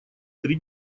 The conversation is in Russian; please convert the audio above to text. три